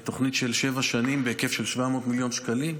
תוכנית של שבע שנים בהיקף של 700 מיליון שקלים.